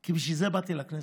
כי בשביל זה באתי לכנסת.